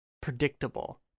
predictable